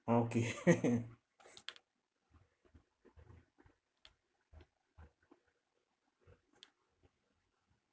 okay